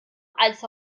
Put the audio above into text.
als